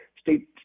state